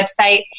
website